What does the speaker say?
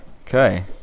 Okay